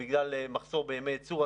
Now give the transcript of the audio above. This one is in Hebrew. בגלל מחסור בימי ייצור,